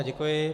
Děkuji.